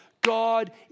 God